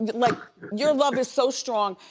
like your love is so strong.